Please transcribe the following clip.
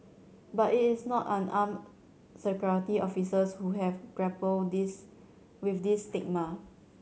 but it is not unarmed Security Officers who have to grapple this with this stigma